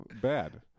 bad